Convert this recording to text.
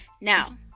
Now